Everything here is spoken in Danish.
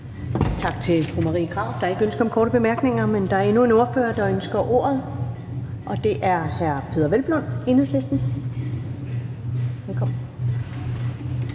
Tak til fru Marie Krarup. Der er ikke ønske om korte bemærkninger, men der er endnu en ordfører, der ønsker ordet, og det er hr. Peder Hvelplund, Enhedslisten. Velkommen.